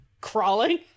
crawling